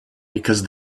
because